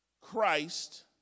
Christ